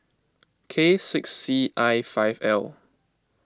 K six C I five L